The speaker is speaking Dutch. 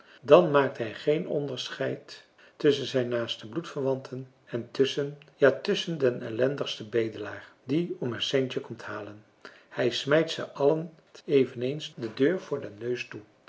dan maakt hij geen onderscheid tusschen zijn naaste bloedverwanten en tusschen ja tusschen den ellendigsten bedelaar die om een centje komt malen hij smijt ze allen eveneens de deur voor den neus toe